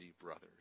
brothers